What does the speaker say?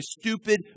stupid